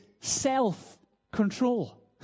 self-control